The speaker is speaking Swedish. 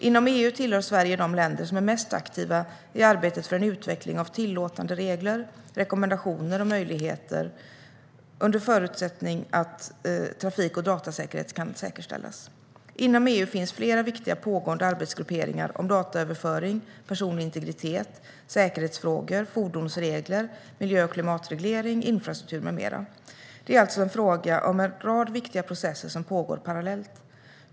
Inom EU tillhör Sverige de länder som är mest aktiva i arbetet för en utveckling av tillåtande regler, rekommendationer och möjligheter, under förutsättning att trafik och datasäkerhet kan säkerställas. Inom EU finns flera viktiga pågående arbetsgrupperingar om dataöverföring, personlig integritet, säkerhetsfrågor, fordonsregler, miljö och klimatreglering, infrastruktur med mera. Det är alltså fråga om en rad viktiga processer som pågår parallellt.